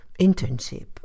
internship